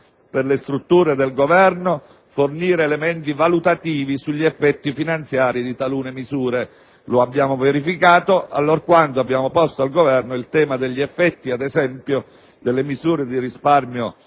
per le strutture del Governo fornire elementi valutativi sugli effetti finanziari di talune misure. Lo abbiamo verificato allorquando abbiamo posto al Governo il tema degli effetti, ad esempio, delle misure di risparmio